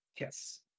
Yes